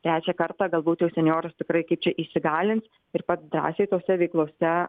trečią kartą galbūt jau senjoras tikrai kaip čia įsigalins ir pats drąsiai tose veiklose